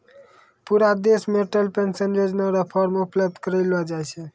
पूरा देश मे अटल पेंशन योजना र फॉर्म उपलब्ध करयलो जाय छै